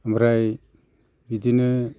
ओमफ्राय बिदिनो